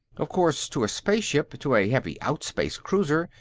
of course, to a spaceship, to a heavy outspace cruiser,